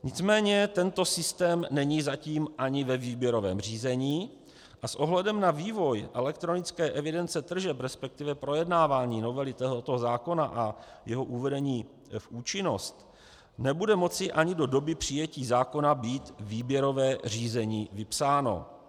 Nicméně tento systém není zatím ani ve výběrovém řízení a s ohledem na vývoj elektronické evidence tržeb, resp. projednávání novely tohoto zákona a jeho uvedení v účinnost, nebude moci ani do doby přijetí zákona být výběrové řízení vypsáno.